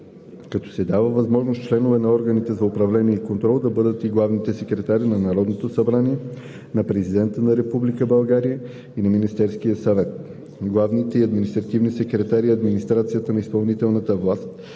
като се дава възможност членове на органите за управление и контрол да бъдат и главните секретари на Народното събрание, на Президента на Републиката и на Министерския съвет, главните и административните секретари в администрацията на изпълнителната власт,